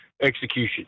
execution